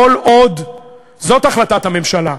זאת החלטת הממשלה.